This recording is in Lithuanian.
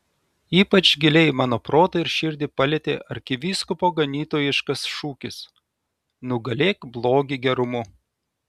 ypač giliai mano protą ir širdį palietė arkivyskupo ganytojiškas šūkis nugalėk blogį gerumu